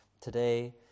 today